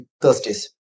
Thursdays